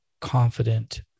confident